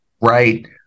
right